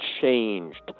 changed